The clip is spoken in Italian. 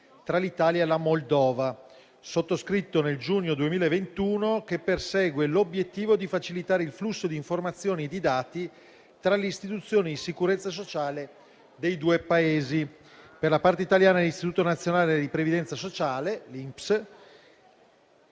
tra l'Italia e la Moldova, sottoscritto nel giugno 2021, che persegue l'obiettivo di facilitare il flusso di informazioni e di dati tra le istituzioni di sicurezza sociale dei due Paesi - per la parte italiana: l'Istituto nazionale di previdenza sociale (INPS)